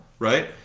right